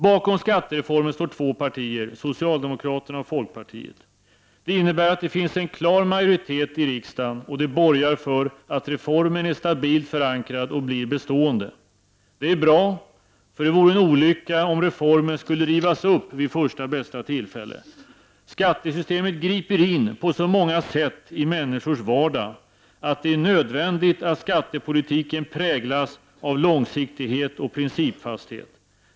Bakom skattereformen står två partier — socialdemokraterna och folkpartiet. Det innebär att det finns en klar majoritet i riksdagen och det borgar för att reformen är stabilt förankrad och blir bestående. Det är bra, ty det vore en olycka om reformen skulle rivas upp vid första bästa tillfälle. Skattesystemet griper in på så många sätt i människors vardag att det är nödvändigt att skattepolitiken präglas av långsiktighet och principfasthet.